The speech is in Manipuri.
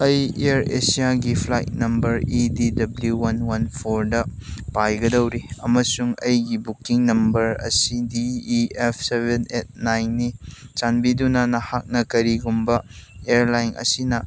ꯑꯩ ꯏꯌꯔ ꯑꯦꯁꯤꯒꯤ flight number E D W one one ꯐꯣꯔꯗ ꯄꯥꯏꯒꯗꯧꯔꯤ ꯑꯃꯁꯨꯡ ꯑꯩꯒꯤ ꯕꯨꯛꯀꯤꯡ ꯅꯝꯕꯔ ꯑꯁꯤ D E F seven eight ꯅꯥꯏꯟꯅꯤ ꯆꯥꯟꯕꯤꯗꯨꯅ ꯅꯍꯥꯛꯅ ꯀꯔꯤꯒꯨꯝꯕ ꯏꯌꯔꯂꯥꯏꯟ ꯑꯁꯤꯅ